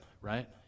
Right